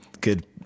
good